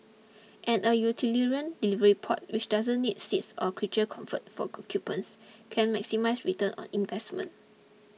and a utilitarian delivery pod which doesn't need seats or creature comforts for occupants can maximise return on investment